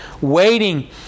waiting